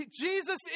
Jesus